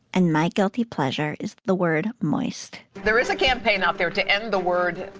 and my guilty pleasure is the word moist there is a campaign out there to end the word.